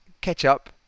ketchup